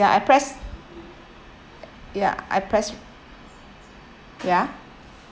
ya pressed ya I pressed ya